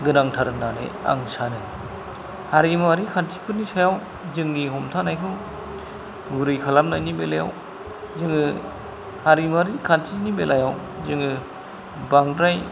गोनांथार होननानै आं सानो हारिमुवारि खान्थिफोरनि सायाव जोंनि हमथानायखौ गुरै खालामनायनि बेलायाव जोङो हारिमुवारि खान्थिनि बेलायाव जोङो बांद्राय